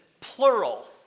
plural